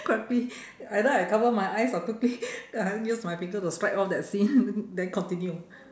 quickly either I cover my eyes or quickly ah I use my finger to swipe off that scene then continue